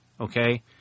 Okay